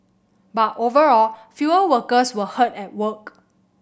but overall fewer workers were hurt at work